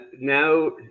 now